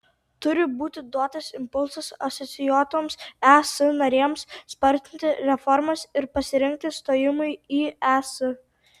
turi būti duotas impulsas asocijuotoms es narėms spartinti reformas ir pasirengti stojimui į es